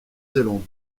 zélande